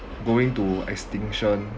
going to extinction